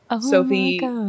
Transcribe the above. Sophie